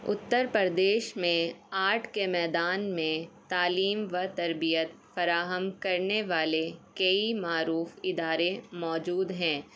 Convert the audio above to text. اتر پردیش میں آرٹ کے میدان میں تعلیم و تربیت فراہم کرنے والے کئی معروف ادارے موجود ہیں